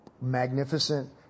magnificent